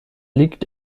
liegt